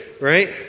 right